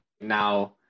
now